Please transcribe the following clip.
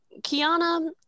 kiana